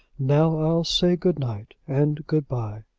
now i'll say good-night and good-by.